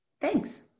Thanks